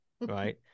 right